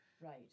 Right